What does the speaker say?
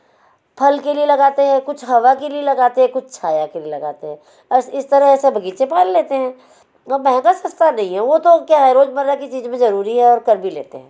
फल के लिए लगाते हैं कुछ हवा के लिए लगाते हैं कुछ छाया के लिए लगाते हैं बस इस तरह से बगीचे पाल लेते हैं महँगा सस्ता नहीं वह तो क्या है रोज़मर्रा की चीज़ भी ज़रूरी है और कर भी लेते हैं